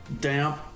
damp